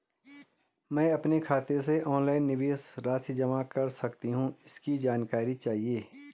मैं अपने खाते से ऑनलाइन निवेश राशि जमा कर सकती हूँ इसकी जानकारी चाहिए?